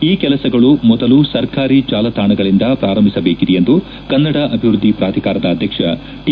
ಈ ಕೆಲಸಗಳು ಮೊದಲು ಸರ್ಕಾರಿ ಜಾಲತಾಣಗಳಿಂದ ಪ್ರಾರಂಭಿಸಬೇಕಿದೆ ಎಂದು ಕನ್ನಡ ಅಭಿವೃದ್ದಿ ಪ್ರಾಧಿಕಾರದ ಅಧ್ಯಕ್ಷ ಟಿ